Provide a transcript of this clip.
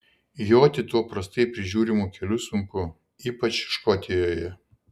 joti tuo prastai prižiūrimu keliu sunku ypač škotijoje